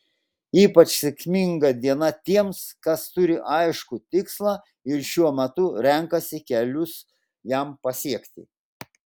ypač sėkminga diena tiems kas turi aiškų tikslą ir šiuo metu renkasi kelius jam pasiekti